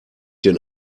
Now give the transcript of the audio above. denn